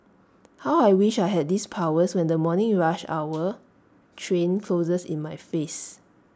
how I wish I had these powers when the morning rush hour train closes in my face